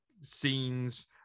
scenes